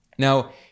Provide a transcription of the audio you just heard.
Now